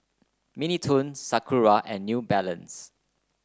Mini Toons Sakura and New Balance